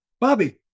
Bobby